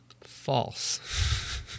False